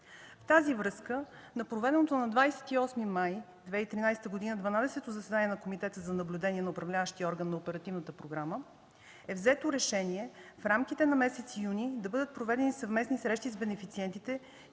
В тази връзка на проведеното на 28 май 2013 г. дванадесето заседание на Комитета за наблюдение на управляващия орган на оперативната програма е взето решение в рамките на месец юни да бъдат проведени съвместни срещи с бенефициентите